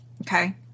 Okay